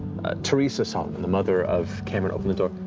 theresa solomon, the mother of cameron, open the door.